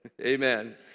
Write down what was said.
amen